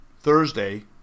thursday